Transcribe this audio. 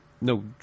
no